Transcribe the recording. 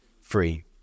free